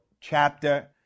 chapter